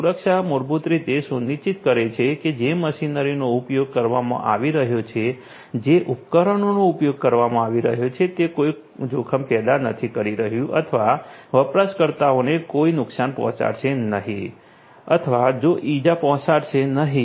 સુરક્ષા મૂળભૂત રીતે સુનિશ્ચિત કરે છે કે જે મશીનરીનો ઉપયોગ કરવામાં આવી રહ્યો છે જે ઉપકરણોનો ઉપયોગ કરવામાં આવી રહ્યો છે તે કોઈ જોખમ પેદા નથી કરી રહ્યું અથવા વપરાશકર્તાઓને કોઈ નુકસાન પહોંચાડશે નહીં અથવા ઈજા પહોંચાડશે નહીં